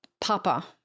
Papa